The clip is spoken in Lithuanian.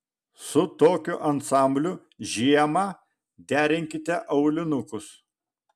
su tokiu ansambliu žiemą derinkite aulinukus